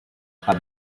had